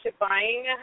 buying